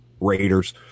Raiders